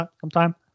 sometime